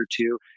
two